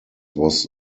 was